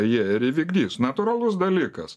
jie ir įvykdys natūralus dalykas